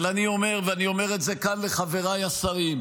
אבל אני אומר, ואני אומר את זה כאן לחבריי השרים: